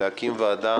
אנחנו נדרשנו להקים ועדה